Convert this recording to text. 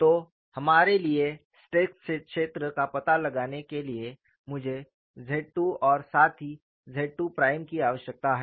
तो हमारे लिए स्ट्रेस क्षेत्र का पता लगाने के लिए मुझे ZII और साथ ही ZII प्राइम की आवश्यकता है